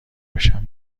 بشم